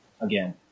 again